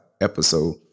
episode